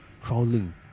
Crawling